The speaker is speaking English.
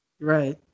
Right